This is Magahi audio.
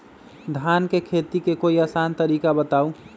धान के खेती के कोई आसान तरिका बताउ?